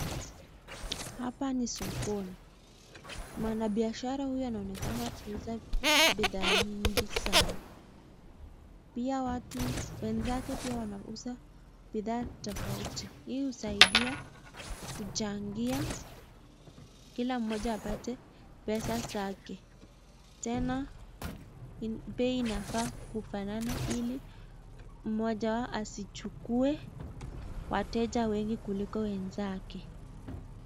Hapa ni sokoni. Mwanabiashara huyu anaonekana kuuza bidhaa mingi sana. Pia wenzake pia wanauza bidhaa tofauti. Hii husaidia kuchangia kila mmoja apate pesa zake. Tena bei inafaa kufanana ili mmoja wao asichukue wateja wengi kuliko wenzake.